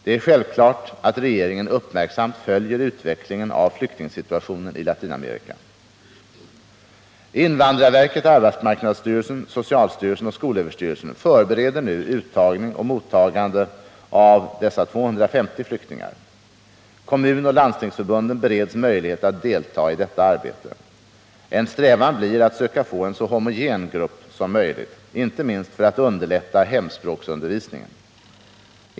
Det är självklart att regeringen uppmärksamt följer utvecklingen av flyktingsituationen i Latinamerika. Invandrarverket, arbetsmarknadsstyrelsen, socialstyrelsen och skolöverstyrelsen förbereder nu uttagning och mottagande av dessa 250 flyktingar. Kommunoch landstingsförbunden bereds möjlighet att delta i detta arbete. En strävan blir att söka få en så homogen grupp som möjligt, inte minst för att underlätta hemspråksundervisningen.